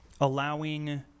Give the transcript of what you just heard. allowing